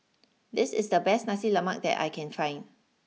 this is the best Nasi Lemak that I can find